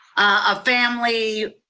a family,